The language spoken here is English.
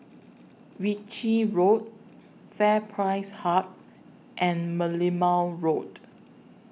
Ritchie Road FairPrice Hub and Merlimau Road